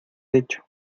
hecho